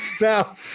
now